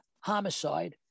homicide